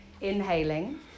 Inhaling